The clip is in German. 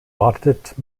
wartet